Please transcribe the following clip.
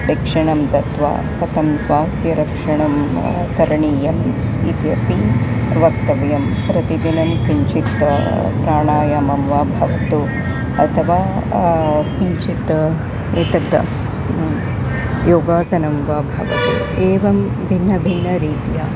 शिक्षणं गत्वा कथं स्वास्थ्यरक्षणं करणीयम् इत्यपि वक्तव्यं प्रतिदिनं किञ्चित् प्रा प्राणायामं वा भवतु अथवा किञ्चित् एतत् योगासनं वा भवतु एवं भिन्नभिन्नरीत्या